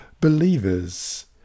believers